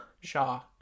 Shaw